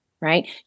Right